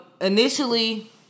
initially